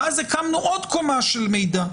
ואז הקמנו עוד קומה של מידע.